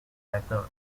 battle